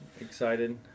excited